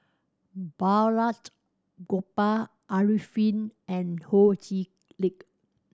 Balraj Gopal Arifin and Ho Chee Lick